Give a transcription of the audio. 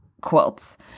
quilts